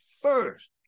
first